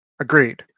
Agreed